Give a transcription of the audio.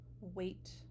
wait